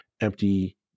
empty